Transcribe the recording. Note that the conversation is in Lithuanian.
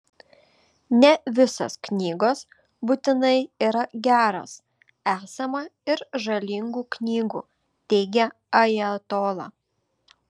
ne visos knygos būtinai yra geros esama ir žalingų knygų teigė ajatola